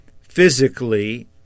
physically